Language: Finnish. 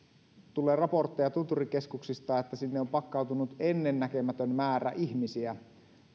tulee raportteja tunturikeskuksista että sinne on pakkautunut ennennäkemätön määrä ihmisiä